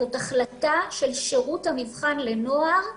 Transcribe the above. זאת החלטה של שירות המבחן לנוער,